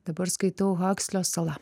dabar skaitau hakslio sala